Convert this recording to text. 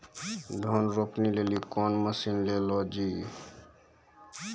धान रोपे लिली कौन मसीन ले लो जी?